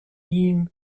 ihm